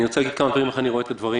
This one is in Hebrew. אני רוצה להגיד איך אני רואה את הדברים